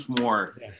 more